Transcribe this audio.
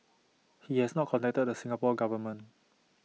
he has not contacted the Singapore Government